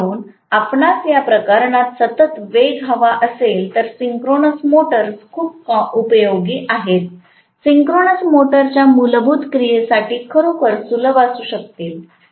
म्हणून आपणास या प्रकरणात सतत वेग हवा असेल तर सिंक्रोनस मोटर्स खूप उपयोगी आहेत सिंक्रोनस मोटरच्या मूलभूत क्रियेसाठी खरोखर सुलभ असू शकतील